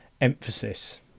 emphasis